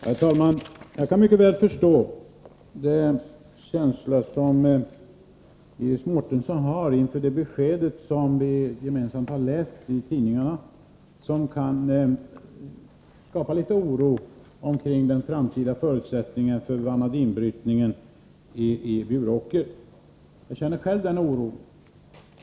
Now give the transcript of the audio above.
Herr talman! Jag kan mycket väl förstå de känslor som Iris Mårtensson har inför det besked som vi gemensamt har läst i tidningarna. Det kan skapa litet oro omkring den framtida förutsättningen för vanadinbrytningen i Bjuråker. Jag känner själv den oron.